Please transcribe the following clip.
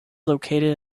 located